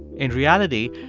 in reality,